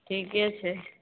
ठीके छै